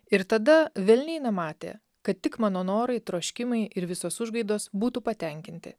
ir tada velniai nematė kad tik mano norai troškimai ir visos užgaidos būtų patenkinti